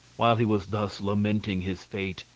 while he was thus lamenting his fate,